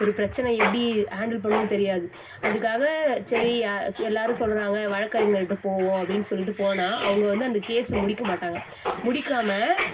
ஒரு பிரச்சனை எப்படி ஹேண்டில் பண்ணணுன்னு தெரியாது அதுக்காக சரி எல்லோரும் சொல்கிறாங்க வழக்கறிஞர்ட்ட போவோம் அப்படின்னு சொல்லிட்டு போனால் அவங்க வந்து அந்த கேஸு முடிக்க மாட்டாங்க முடிக்காமல்